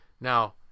Now